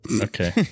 Okay